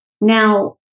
Now